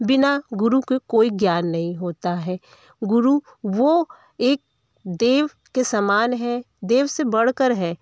बिना गुरु के कोई ज्ञान नही होता है गुरु वो एक देव के समान है देव से बढ़ कर है